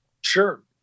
Sure